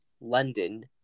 London